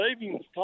savings